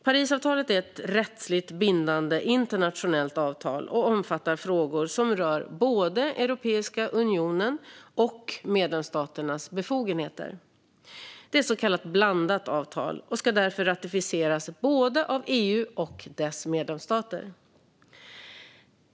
Parisavtalet är ett rättsligt bindande internationellt avtal och omfattar frågor som rör både Europeiska unionens och medlemsstaternas befogenheter. Det är ett så kallat blandat avtal och ska därför ratificeras av både EU och dess medlemsstater.